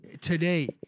today